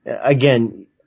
again